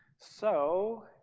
so